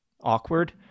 awkward